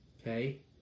Okay